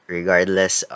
regardless